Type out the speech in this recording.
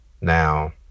Now